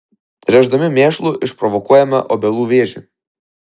tręšdami mėšlu išprovokuojame obelų vėžį